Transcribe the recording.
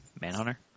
Manhunter